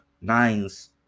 nines